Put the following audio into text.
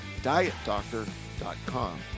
DietDoctor.com